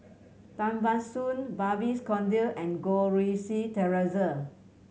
Tan Ban Soon Babes Conde and Goh Rui Si Theresa